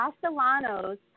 Castellanos